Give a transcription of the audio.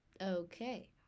okay